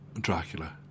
Dracula